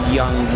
young